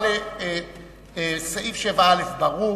אבל סעיף 7א ברור,